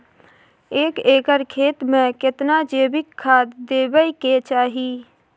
एक एकर खेत मे केतना जैविक खाद देबै के चाही?